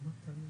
אוקיי.